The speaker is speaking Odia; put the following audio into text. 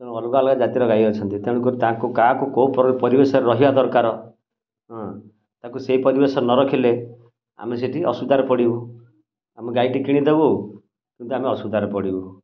ତେଣୁ ଅଲଗା ଅଲଗା ଜାତିର ଗାଈ ଅଛନ୍ତି ତେଣୁ କରି ତାଙ୍କୁ କାହାକୁ କେଉଁ ପରିବେଶରେ ରହିବା ଦରକାର ତାକୁ ସେଇ ପରିବେଶରେ ନରଖିଲେ ଆମେ ସେଠି ଅସୁବିଧାରେ ପଡ଼ିବୁ ଆମେ ଗାଈଟି କିଣିଦେବୁ କିନ୍ତୁ ଆମେ ଅସୁବିଧାରେ ପଡ଼ିବୁ